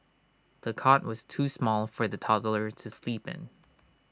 the cot was too small for the toddler to sleep in